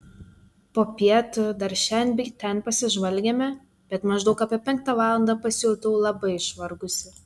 popiet dar šen bei ten pasižvalgėme bet maždaug apie penktą valandą pasijutau labai išvargusi